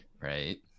right